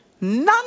None